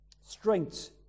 strength